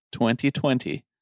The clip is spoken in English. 2020